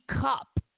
Cup